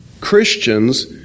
Christians